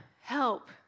help